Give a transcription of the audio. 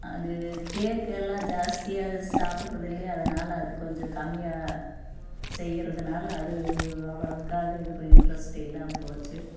அது கேக்கு எல்லாம் ஜாஸ்தியாக சாப்புடுறது இல்லையா அதனால் அது கொஞ்சம் கம்மியாக செய்கிறதுனால அது அவ்வளவுக்கா அது இது ப இன்ட்ரெஸ்ட் இல்லாமல் போச்சு